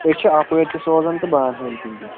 أسۍ چھِ اَپٲرۍ تہِ سوزَن تہٕ بانٕہَلۍ کِنۍ تہِ